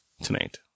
tonight